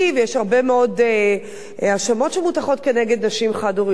ויש הרבה מאוד האשמות שמוטחות כנגד נשים חד-הוריות.